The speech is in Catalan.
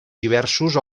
diversos